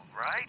right